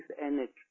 energy